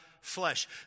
Flesh